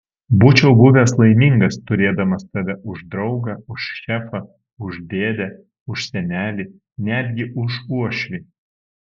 būčiau buvęs laimingas turėdamas tave už draugą už šefą už dėdę už senelį netgi už uošvį